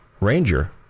Ranger